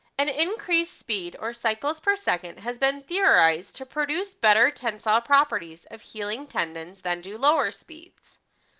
an increase speed or cycles per second has been theorized to produce better tensile properties of healing tendons than do lower speeds.